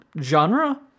genre